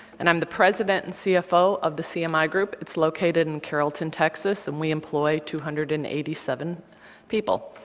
and i'm the president and cfo of the cmi group. it's located in carrollton, texas, and we employ two hundred and eighty seven people.